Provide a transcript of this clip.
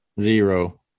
zero